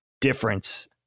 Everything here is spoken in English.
difference